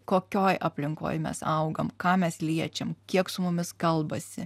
kokioj aplinkoj mes augam ką mes liečiam kiek su mumis kalbasi